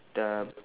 the